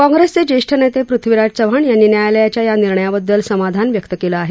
काँग्रेसचे ज्येष्ठ नेते पृथ्वीराज चव्हाण यांनी न्यायालयाच्या या निर्णयाबददल समाधान व्यक्त केलं आहे